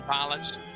Pilots